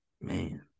Man